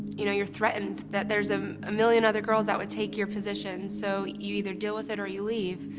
you know you're threatened that there's a ah million other girls that would take your position. so you either deal with it or you leave.